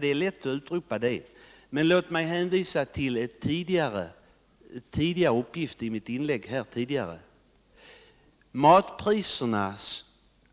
Det är lätt att utropa det, men låt mig då hänvisa till de uppgifter jag lämnade i mitt tidigare inlägg: jordbruksprisernas